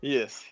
Yes